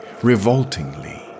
revoltingly